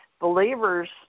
Believers